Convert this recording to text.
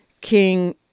King